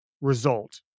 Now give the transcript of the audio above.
result